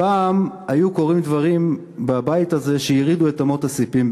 פעם היו קורים דברים בבית הזה שהרעידו את אמות הספים,